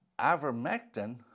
ivermectin